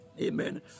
Amen